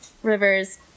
Rivers